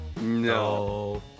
no